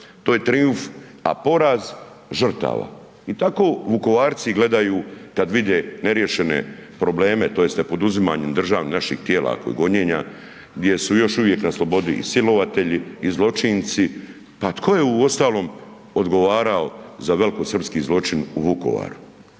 to je trijumf, a poraz žrtava. I tako Vukovarci gledaju kada vide neriješene probleme tj. nepoduzimanje naših tijela kod gonjenja gdje su još uvijek na slobodi i silovatelji i zločinci. Pa tko je uostalom odgovarao za veliko srpski zločin u Vukovaru?